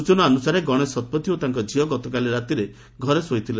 ସ୍ଚନା ଅନୁସାରେ ଗଣେଶ ଶତପଥୀ ଓ ତାଙ୍କ ଝିଅ ଗତକାଲି ରାତିରେ ଘରେ ଶୋଇଥିଲେ